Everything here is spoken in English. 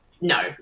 No